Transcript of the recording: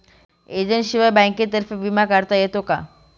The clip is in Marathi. एजंटशिवाय बँकेतर्फे विमा काढता येतो का?